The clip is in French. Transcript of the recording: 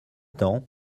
temps